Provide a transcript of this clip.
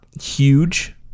huge